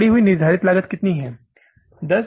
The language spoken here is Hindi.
यह बढ़ी हुई निर्धारित लागत कितनी है